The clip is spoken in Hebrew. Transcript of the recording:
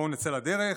בואו נצא לדרך.